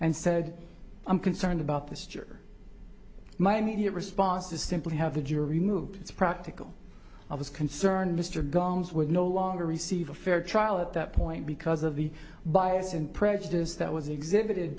and said i'm concerned about this year my immediate response is simply have the jury move it's practical i was concerned mr gollum's would no longer receive a fair trial at that point because of the bias and prejudice that was exhibited